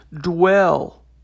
Dwell